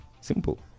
Simple